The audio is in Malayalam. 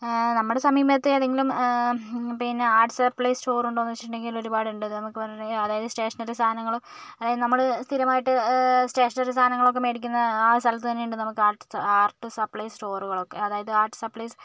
നമ്മുടെ സമീപത്തെ ഏതെങ്കിലും പിന്നെ ആർട്ട്സ് സപ്ലൈസ് സ്റ്റോറുണ്ടോ എന്ന് ചോദിച്ചിട്ടുണ്ടെങ്കിൽ ഒരുപാടുണ്ട് നമുക്ക് പറഞ്ഞിട്ടുണ്ടെങ്കില് അതായത് സ്റ്റേഷനറി സാധനങ്ങൾ അതായത് നമ്മൾ സ്ഥിരമായിട്ട് സ്റ്റേഷനറി സാധനങ്ങളൊക്കെ മേടിക്കുന്ന ആ സ്ഥലത്ത് തന്നെ ഉണ്ട് നമുക്ക് ആർട് ആർട് സപ്ലൈ സ്റ്റോറുകളൊക്കെ അതായത് ആർട്ട്സ് സപ്ലൈസ്